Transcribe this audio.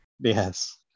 Yes